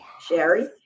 Sherry